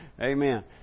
Amen